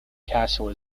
castle